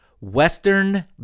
western